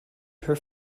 her